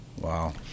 Wow